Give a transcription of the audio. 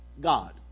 God